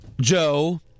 Joe